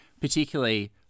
Particularly